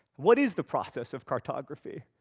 what is the process of cartography?